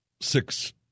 six